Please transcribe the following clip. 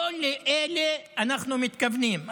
לא לאלה אנחנו מתכוונים.